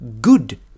good